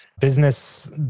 business